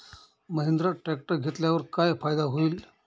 Mahindra tractor घेतल्यावर काय फायदा होईल?